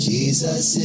Jesus